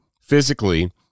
physically